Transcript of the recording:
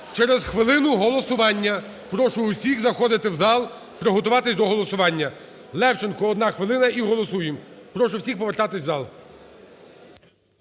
Через хвилину голосування. Прошу всіх заходити у зал, приготувати до голосування. Левченко, 1 хвилина, і голосуємо. Прошу всіх повертатися у зал.